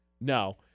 No